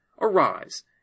Arise